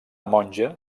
monja